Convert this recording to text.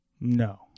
No